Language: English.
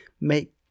make